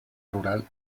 rural